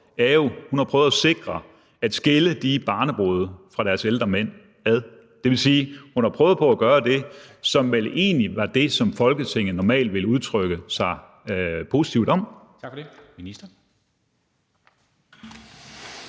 er, at hun har prøvet at sikre, at de barnebrude blev skilt fra deres ældre mænd. Det vil sige, at hun har prøvet på at gøre det, som vel egentlig var det, som Folketinget normalt ville udtrykke sig positivt om. Kl. 15:21 Formanden